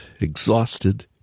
exhausted